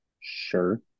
Sure